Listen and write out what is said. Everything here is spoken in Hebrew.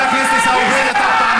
חבר הכנסת עיסאווי פריג',